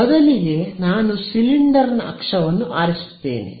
ನಾನು ಬದಲಿಗೆ ಸಿಲಿಂಡರ್ನ ಅಕ್ಷವನ್ನು ಆರಿಸುತ್ತೇನೆ